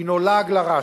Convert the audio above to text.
הינו לעג לרש.